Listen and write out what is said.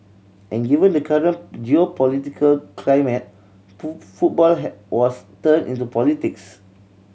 and given the current geopolitical climate football was turned into politics